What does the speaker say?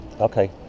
Okay